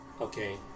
okay